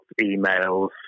emails